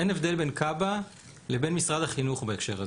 אין הבדל בין כב"ה לבין משרד החינוך בהקשר הזה.